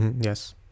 Yes